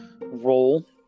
role